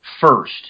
first